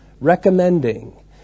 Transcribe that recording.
recommending